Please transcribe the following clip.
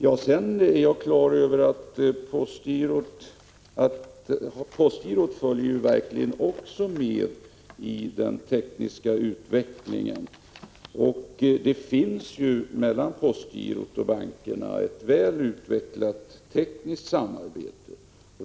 Jag är klar över att postgirot verkligen också följer med i den tekniska utvecklingen. Det finns mellan postgirot och bankerna ett väl utvecklat tekniskt samarbete.